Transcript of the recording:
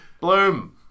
bloom